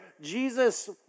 Jesus